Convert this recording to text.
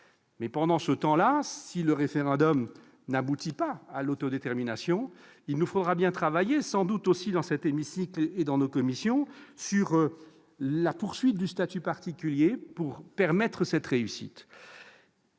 mais, dans l'intervalle, si le référendum n'aboutit pas à l'autodétermination, il nous faudra bien travailler, sans doute aussi dans cet hémicycle et dans nos commissions, sur la pérennisation du statut particulier pour réussir cette phase.